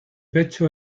pecho